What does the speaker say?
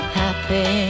happy